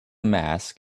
mask